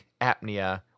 apnea